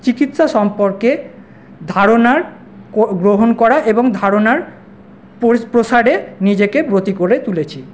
চিকিৎসা সম্পর্কে ধারণার কো গ্রহণ করা এবং ধারণার পরি প্রসারে নিজেকে ব্রতী করে তুলেছি